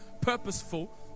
purposeful